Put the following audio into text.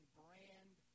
brand